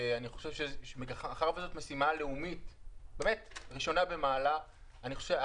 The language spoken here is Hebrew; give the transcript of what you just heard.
ומאחר שזאת משימה לאומית ראשונה במעלה,